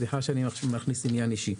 סליחה שאני מכניס עניין אישי.